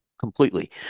Completely